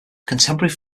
contemporary